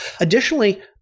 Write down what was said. Additionally